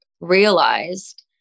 realized